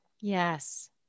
Yes